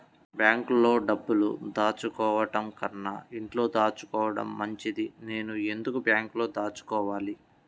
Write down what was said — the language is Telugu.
బ్యాంక్లో డబ్బులు దాచుకోవటంకన్నా ఇంట్లో దాచుకోవటం మంచిది నేను ఎందుకు బ్యాంక్లో దాచుకోవాలి?